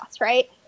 right